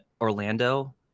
Orlando